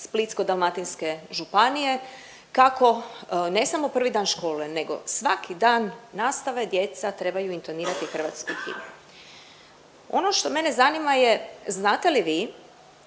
Splitsko-dalmatinske županije, kako ne samo prvi dan škole nego svaki dan nastave djeca trebaju intonirati hrvatsku himnu. Ono što mene zanima je, znate li vi